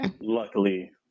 Luckily